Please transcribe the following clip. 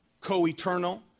co-eternal